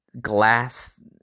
glass